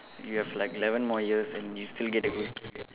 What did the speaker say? you have like eleven more years and you still get to go